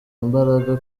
imbaraga